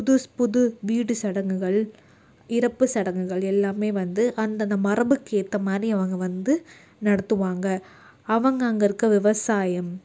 புதுசு புது வீடு சடங்குகள் இறப்பு சடங்குகள் எல்லாமே வந்து அந்தந்த மரபுக்கு ஏற்ற மாதிரி அவங்க வந்து நடத்துவாங்க அவங்க அங்கே இருக்க விவசாயம்